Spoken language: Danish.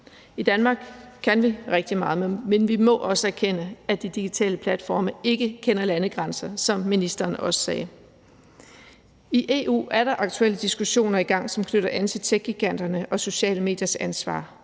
I Danmark kan vi rigtig meget, men vi må også erkende, at de digitale platforme ikke kender landegrænser, som ministeren også sagde. I EU er der aktuelle diskussioner i gang, som knytter an til techgiganterne og de sociale mediers ansvar,